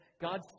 God